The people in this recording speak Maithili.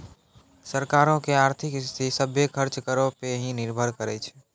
सरकारो के आर्थिक स्थिति, सभ्भे खर्च करो पे ही निर्भर करै छै